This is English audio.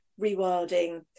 rewilding